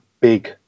big